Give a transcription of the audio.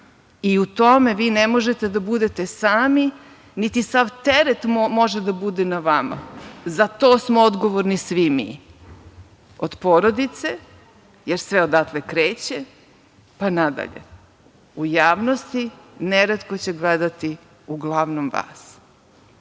U tome vi ne možete da budete sami, niti sav teret može da bude na vama. Za to smo odgovorni svi mi. Od porodice, jer sve odatle kreće, pa nadalje. U javnosti, neretko će gledati, uglavnom vas. Puno